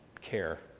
care